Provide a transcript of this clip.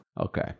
Okay